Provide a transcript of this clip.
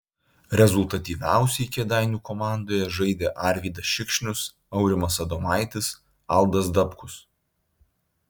rezultatyviausiai kėdainių komandoje žaidė arvydas šikšnius aurimas adomaitis aldas dabkus